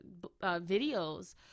videos